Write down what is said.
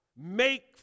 Make